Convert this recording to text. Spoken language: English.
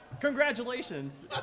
congratulations